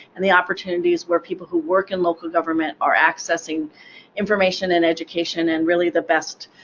and the opportunities where people who work in local government are accessing information and education, and really, the best